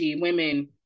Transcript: women